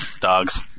dogs